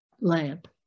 lamp